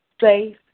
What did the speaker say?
safe